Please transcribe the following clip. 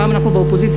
פעם אנחנו באופוזיציה.